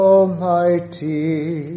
Almighty